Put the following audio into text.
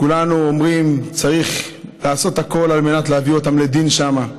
כולנו אומרים שצריך לעשות הכול על מנת להביא אותם לדין שם.